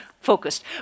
focused